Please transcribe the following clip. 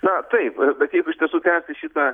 na taip bet jeigu iš tiesų tęsti šitą